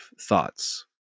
thoughts